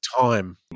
time